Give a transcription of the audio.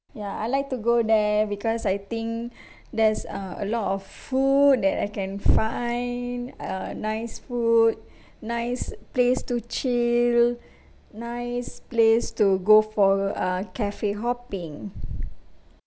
ya I like to go there because I think there's uh a lot of food that I can find uh nice food nice place to chill nice place to go for a uh cafe hopping